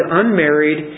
unmarried